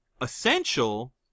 Essential